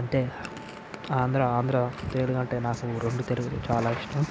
అంటే ఆంధ్ర ఆంధ్ర తెలుగు అంటే నాకు రెండు తెలుగులు చాలా ఇష్టం